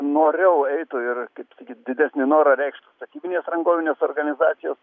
noriau eitų ir kaip sakyt didesnį norą reikštų statybinės rangovinės organizacijos